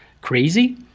crazy